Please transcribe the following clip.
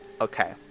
okay